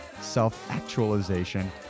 self-actualization